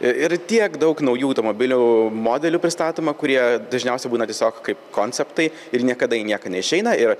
ir tiek daug naujų automobilių modelių pristatoma kurie dažniausiai būna tiesiog kaip konceptai ir niekada į nieką neišeina ir